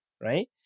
right